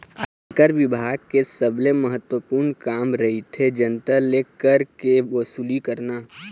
आयकर बिभाग के सबले महत्वपूर्न काम रहिथे जनता ले कर के वसूली करना